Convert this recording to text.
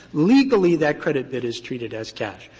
legally that credit bid is treated as cash.